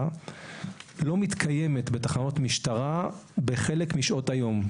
לא מתקיימת בתחנות משטרה בחלק משעות הלילה.